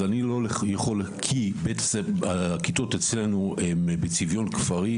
כי הכיתות אצלנו הן בצביון כפרי,